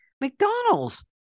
McDonald's